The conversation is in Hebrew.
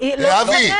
--- כבוד היושב-ראש,